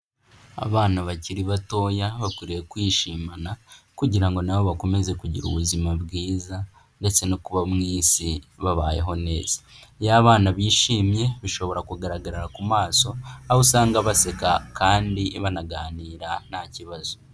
Abana bakiri batoya bakwiriye kwishimana kugira ngo na bo bakomeze kugira ubuzima bwiza ndetse no kuba mu Isi babayeho neza, iyo abana bishimye bishobora kugaragarira ku maso, aho usanga baseka kandi banaganira nta kibazo.